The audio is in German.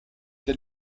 der